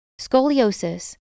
scoliosis